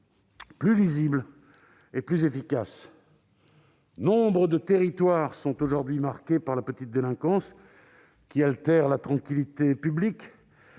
plus lisible et plus efficace. Nombre de territoires sont aujourd'hui marqués par la petite délinquance, qui altère la tranquillité publique,